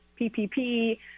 ppp